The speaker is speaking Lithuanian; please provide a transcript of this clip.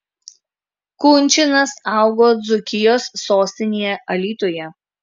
kunčinas augo dzūkijos sostinėje alytuje